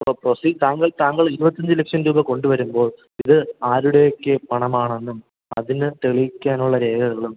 ഇപ്പോൾ പ്രസി താങ്കൾ താങ്കൾ ഇരുപത്തഞ്ച് ലക്ഷം രൂപ കൊണ്ട് വരുമ്പോൾ ഇത് ആരുടെയൊക്കെ പണമാണെന്നും അതിന് തെളിയിക്കാനുള്ള രേഖകളും